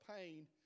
pain